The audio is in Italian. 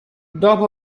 dopo